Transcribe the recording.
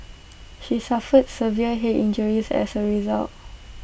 she suffered severe Head injuries as A result